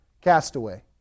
Castaway